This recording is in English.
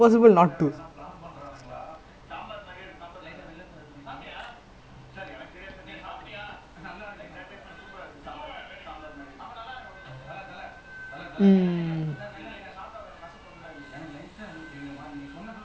okay lah like honestly I try not to spend but sometimes is like you know it's like if you have to you have to lah because if you legit it's not like I spending on wants is more like needs and I barely even spend lah only like mostly actually legit nowadays just eating and transport only legit